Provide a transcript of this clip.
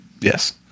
Yes